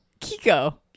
Kiko